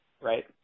right